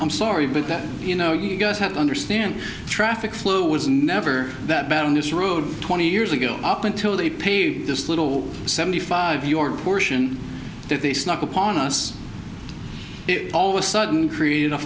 i'm sorry but that you know you guys have to understand traffic flow was never that bad on this road twenty years ago up until they paved this little seventy five your portion that they snuck up on us if all the sudden created a